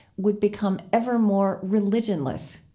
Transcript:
would become ever more religionless.